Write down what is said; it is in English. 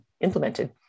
implemented